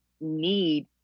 need